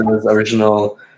original